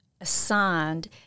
assigned